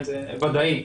זה ודאי.